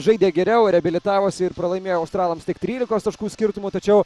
žaidė geriau reabilitavosi ir pralaimėjo australams tik trylikos taškų skirtumu tačiau